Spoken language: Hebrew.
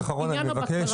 משפט אחרון, אני מבקש.